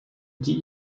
die